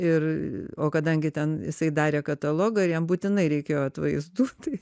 ir o kadangi ten jisai darė katalogą ir jam būtinai reikėjo atvaizduoti